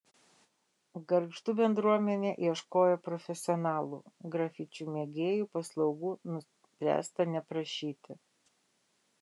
gargždų bendruomenė ieškojo profesionalų grafičių mėgėjų paslaugų nuspręsta neprašyti